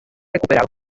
recuperado